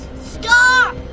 stop!